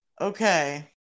Okay